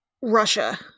Russia